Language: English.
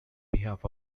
behalf